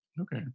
Okay